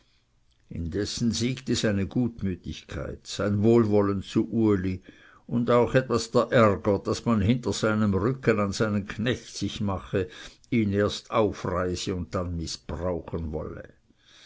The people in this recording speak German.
indessen siegte seine gutmütigkeit sein wohl wollen zu uli und auch etwas der ärger daß man hinter seinem rücken an seinen knecht sich mache ihn erst aufreise und dann mißbrauchen wolle